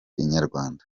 inyarwanda